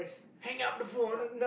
hang up the phone